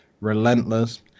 relentless